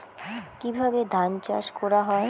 কিভাবে ধান চাষ করা হয়?